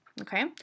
okay